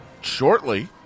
shortly